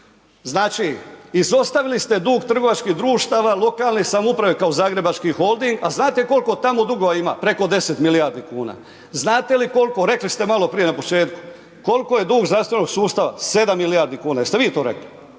Znači, izostavili ste dug trgovačkih društava, lokalne samouprave kao Zagrebački holding, a znate koliko tamo dugova ima, preko 10 milijardi kuna, znate li kolko, rekli ste maloprije na početku, kolko je dug zdravstvenog sustava, 7 milijardi kuna, jeste vi to rekli,